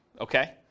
okay